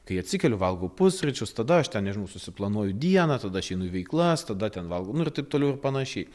kai atsikeliu valgau pusryčius tada aš ten nežinau susiplanuoju dieną tada aš einu į veiklas tada ten valgau ir taip toliau ir panašiai